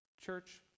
Church